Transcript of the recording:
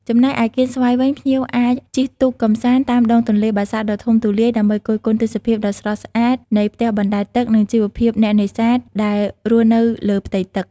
ចំណែកឯកៀនស្វាយវិញ ភ្ញៀវអាចជិះទូកកម្សាន្តតាមដងទន្លេបាសាក់ដ៏ធំទូលាយដើម្បីគយគន់ទេសភាពដ៏ស្រស់ស្អាតនៃផ្ទះបណ្តែតទឹកនិងជីវភាពអ្នកនេសាទដែលរស់នៅលើផ្ទៃទឹក។